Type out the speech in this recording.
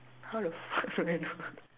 how the fuck do I know